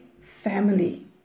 family